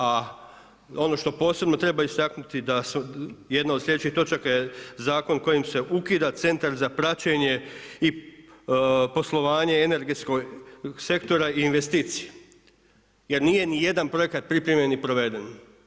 A ono što posebno treba istaknuti da jedna od sljedećih točaka je Zakon kojim se ukida Centar za praćenje i poslovanje energetskog sektora i investicija jer nije ni jedan projekat pripremljen i proveden.